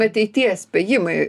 ateities spėjimai